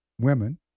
women